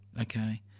Okay